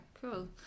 cool